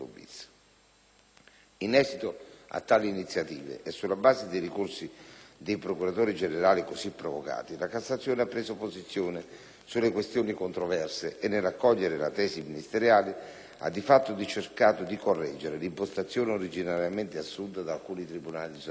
In esito a tali iniziative e sulla base dei ricorsi dei procuratori generali così provocati, la Cassazione ha preso posizione sulle questioni controverse e, nell'accogliere la tesi ministeriale, ha di fatto cercato di correggere l'impostazione originariamente assunta da alcuni tribunali di sorveglianza.